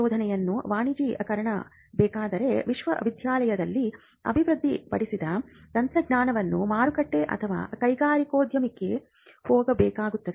ಸಂಶೋಧನೆಯನ್ನು ವಾಣಿಜ್ಯೀಕರಿಸಬೇಕಾದರೆ ವಿಶ್ವವಿದ್ಯಾಲಯದಲ್ಲಿ ಅಭಿವೃದ್ಧಿಪಡಿಸಿದ ತಂತ್ರಜ್ಞಾನವು ಮಾರುಕಟ್ಟೆಗೆ ಅಥವಾ ಕೈಗಾರಿಕೋದ್ಯಮಿಗೆ ಹೋಗಬೇಕಾಗುತ್ತದೆ